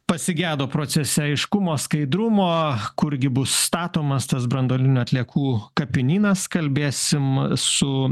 pasigedo procese aiškumo skaidrumo kurgi bus statomas tas branduolinių atliekų kapinynas kalbėsime su